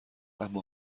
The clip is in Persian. اما